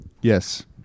Yes